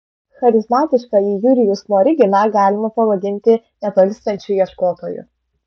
charizmatiškąjį jurijų smoriginą galima pavadinti nepailstančiu ieškotoju